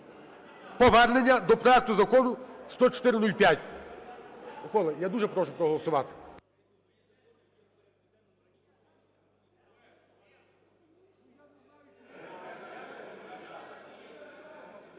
повернення до проекту Закону 10405. Микола, я дуже прошу проголосувати.